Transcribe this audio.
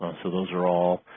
um so those are all